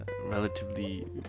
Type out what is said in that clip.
relatively